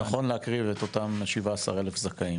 נכון להקריב את אותם 17,000 זכאים